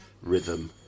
rhythm